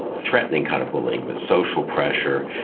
threatening kind of bullying, but social pressure.